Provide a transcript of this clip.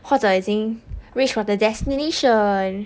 或者已经 reach 我的 destination